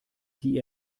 die